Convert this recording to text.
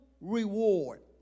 reward